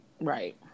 right